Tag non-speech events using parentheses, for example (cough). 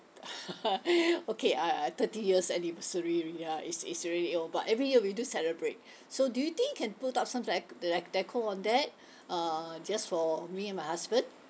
(laughs) okay I I thirty years anniversary yeah it's it's really old but every year we do celebrate so do you think can put up some dec~ dec~ like deco on that uh just for me and my husband